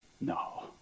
No